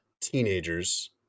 teenagers